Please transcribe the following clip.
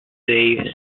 saves